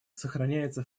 сохраняется